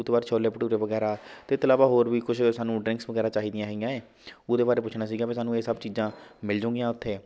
ਉਹ ਤੋਂ ਬਾਅਦ ਛੋਲੇ ਭਟੂਰੇ ਵਗੈਰਾ ਅਤੇ ਇਹ ਤੋਂ ਇਲਾਵਾ ਹੋਰ ਵੀ ਕੁਛ ਸਾਨੂੰ ਡ੍ਰਿੰਕਸ ਵਗੈਰਾ ਚਾਹੀਦੀਆਂ ਹੈਗੀਆਂ ਹੈ ਉਹਦੇ ਬਾਰੇ ਪੁੱਛਣਾ ਸੀਗਾ ਵੀ ਸਾਨੂੰ ਇਹ ਸਭ ਚੀਜ਼ਾਂ ਮਿਲ ਜੂਗੀਆਂ ਉੱਥੇ